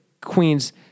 Queens